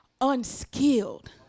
unskilled